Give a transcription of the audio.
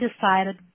decided